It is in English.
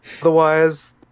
Otherwise